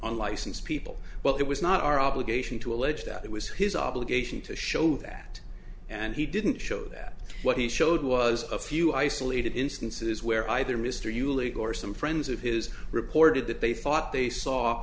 unlicensed people well it was not our obligation to allege that it was his obligation to show that and he didn't show that what he showed was a few isolated instances where either mr you league or some friends of his reported that they thought they saw